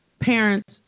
parents